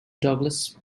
douglas